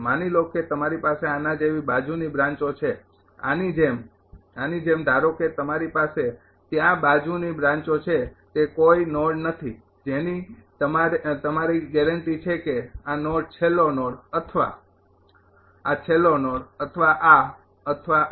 માની લો કે તમારી પાસે આના જેવી બાજુની બ્રાંચો છે આની જેમ આની જેમ ધારો કે તમારી પાસે ત્યાં બાજુની બ્રાંચો છે તે કોઈ નોડ નથી જેની તમારી ગેરેંટી છે કે આ નોડ છેલ્લો નોડ અથવા આ છેલ્લો નોડ અથવા આ અથવા આ